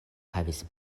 havis